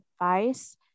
advice